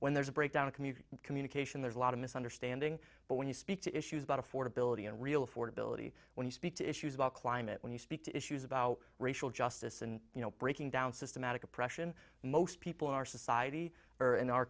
when there's a breakdown of community communication there's a lot of misunderstanding but when you speak to issues about affordability and real affordability when you speak to issues about climate when you speak to issues about racial justice and you know breaking down systematic oppression most people our society or in our